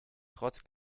trotz